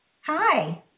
Hi